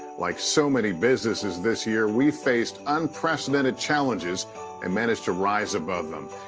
like so many businesses this year, we faced unprecedented challenges and managed to rise above them.